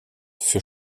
für